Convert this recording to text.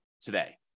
today